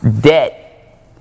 debt